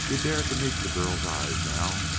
he dared to meet the girl's eyes now,